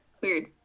Weird